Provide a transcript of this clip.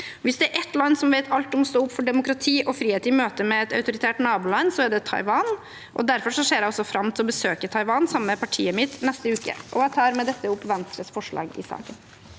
Hvis det er ett land som vet alt om å stå opp for demokrati og frihet i møte med et auto ritært naboland, så er det Taiwan. Derfor ser jeg også fram til å besøke Taiwan sammen med partiet mitt neste uke. Jeg tar med dette opp forslaget